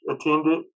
attended